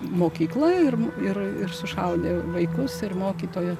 mokykla ir ir ir sušaudė vaikus ir mokytoją